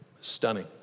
Stunning